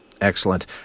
Excellent